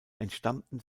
entstammten